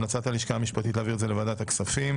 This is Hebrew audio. המלצת הלשכה המשפטית היא להעביר את זה לוועדת הכספים.